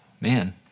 man